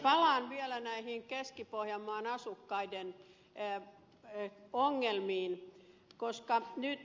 palaan vielä näihin keski pohjanmaan asukkaiden ongelmiin